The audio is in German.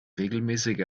regelmäßige